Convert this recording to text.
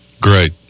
Great